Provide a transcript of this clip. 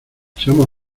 seamos